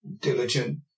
diligent